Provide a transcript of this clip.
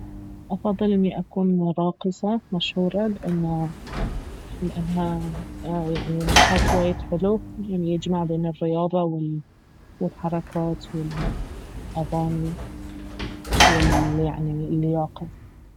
افضل اني أكون راقصة مشهورة لانه لانها يعني نشاط وايد حلو يعني يجمع بين الرياضة والحركات والاغاني وال- يعني اللياقة